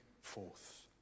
forth